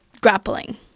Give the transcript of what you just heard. grappling